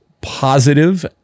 positive